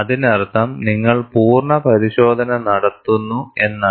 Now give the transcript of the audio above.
അതിനർത്ഥം നിങ്ങൾ പൂർണ്ണ പരിശോധന നടത്തുന്നു എന്നാണ്